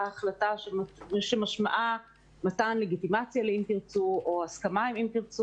החלטה שמשמעה מתן לגיטימציה לתנועה או הסכמה איתה,